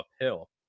uphill